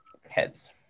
Heads